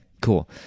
cool